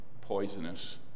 poisonous